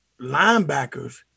linebackers